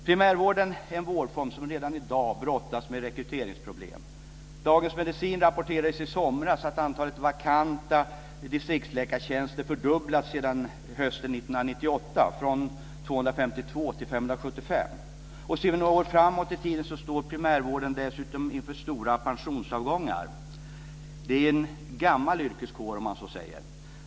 Primärvården är en vårdform som redan i dag brottas med rekryteringsproblem. Dagens Medicin rapporterade i somras att antalet vakanta distriktsläkartjänster fördubblats sedan hösten 1998, från 252 till 575. Tittar vi några år framåt i tiden kan vi se att primärvården dessutom står inför stora pensionsavgångar. Det är en gammal yrkeskår, så att säga.